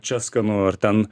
čia skanu ar ten